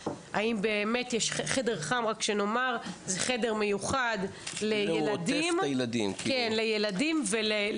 חדר חם רק שנאמר, זה חדר מיוחד לילדים ולנשים.